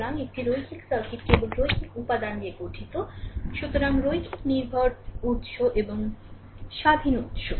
সুতরাং একটি রৈখিক সার্কিট কেবল রৈখিক উপাদান নিয়ে গঠিত সুতরাং রৈখিক নির্ভর উত্স এবং স্বাধীন উত্স